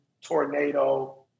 tornado